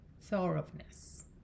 thoroughness